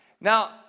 Now